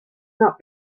not